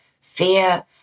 fear